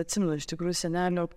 atsimenu iš tikrųjų senelio